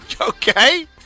Okay